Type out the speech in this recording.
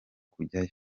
kujyayo